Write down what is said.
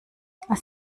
als